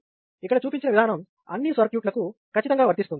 ఇక్కడ చూపించిన విధానం అన్ని సర్క్యూట్లకు ఖచ్చితంగా వర్తిస్తుంది